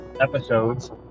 episodes